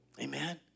Amen